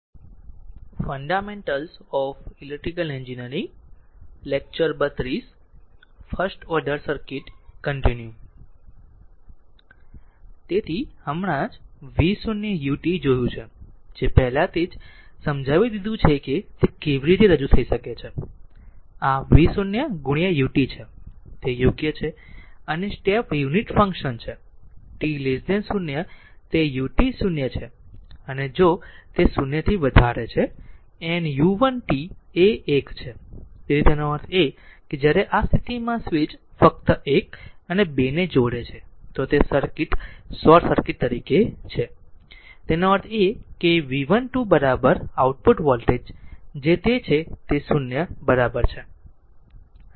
તેથી હમણાં જ v0 ut જોયું છે જે પહેલાથી જ સમજાવી દીધું છે કે તે કેવી રીતે રજૂ થઈ શકે છે આ v0 ut છે તે યોગ્ય છે અને સ્ટેપ યુનિટ ફંક્શન છે t 0 તે ut 0 છે અને તે જો તે 0 થી વધારે છે n ut 1 છે તેથી તેનો અર્થ એ છે કે જ્યારે આ સ્થિતિમાં સ્વિચ ફક્ત 1 અને 2 ને જોડે છે તે શોર્ટ સર્કિટ કરે છે તેનો અર્થ એ કે v12 આઉટપુટ વોલ્ટેજ જે તે છે તે 0 બરાબર છે